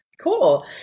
cool